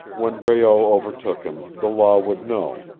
when breault overtook him the law would know,